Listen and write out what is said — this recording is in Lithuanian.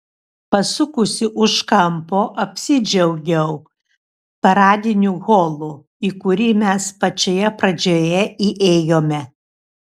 pasukusi už kampo apsidžiaugiau paradiniu holu į kurį mes pačioje pradžioje įėjome